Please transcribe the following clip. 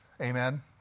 Amen